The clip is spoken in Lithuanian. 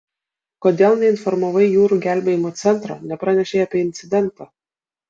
kodėl neinformavai jūrų gelbėjimo centro nepranešei apie incidentą